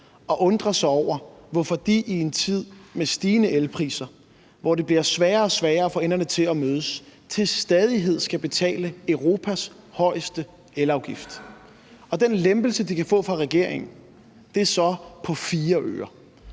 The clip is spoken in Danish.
og undrer sig over, hvorfor de i en tid med stigende elpriser, og hvor det bliver sværere og sværere at få enderne til at mødes, til stadighed skal betale Europas højeste elafgift. Og den lempelse, de kan få fra regeringens side, er så på 4 øre.